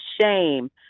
shame